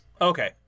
okay